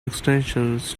extensions